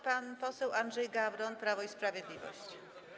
Pan poseł Andrzej Gawron, Prawo i Sprawiedliwość.